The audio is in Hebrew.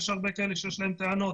יש הרבה כאלה שיש להם טענות.